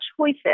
choices